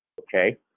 okay